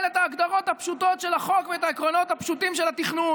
את ההגדרות הפשוטות של החוק ואת העקרונות הפשוטים של התכנון.